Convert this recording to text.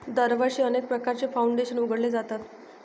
दरवर्षी अनेक प्रकारचे फाउंडेशन उघडले जातात